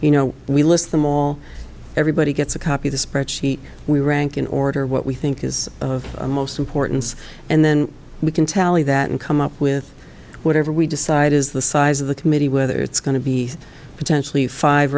you know we list them all everybody gets a copy the spreadsheet we rank in order what we think is of most importance and then we can tally that and come up with whatever we decide is the size of the committee whether it's going to be potentially five